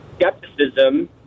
skepticism